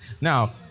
Now